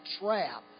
trap